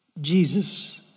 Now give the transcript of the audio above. Jesus